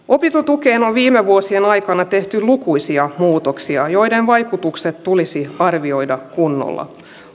opintotukeen on viime vuosien aikana tehty lukuisia muutoksia joiden vaikutukset tulisi arvioida kunnolla